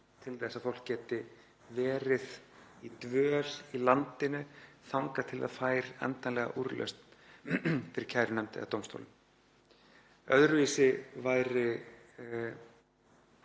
til þess að fólk geti verið í dvöl í landinu þangað til það fær endanlega úrlausn fyrir kærunefnd eða dómstólum. Öðruvísi væri